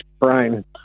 brain